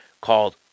called